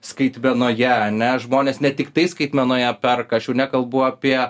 skaitmenoje ane žmonės ne tiktais skaitmenoje perka aš jau nekalbu apie